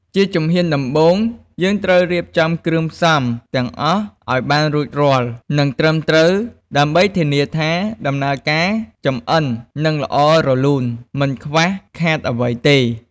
ជាជំហានដំបូង យើងត្រូវរៀបចំគ្រឿងផ្សំទាំងអស់ឱ្យបានរួចរាល់ និងត្រឹមត្រូវ ដើម្បីធានាថា ដំណើរការចម្អិននឹងល្អរលូន មិនខ្វះខាតអ្វីទេ។